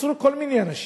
עצרו כל מיני אנשים,